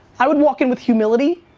i would walk in with humility.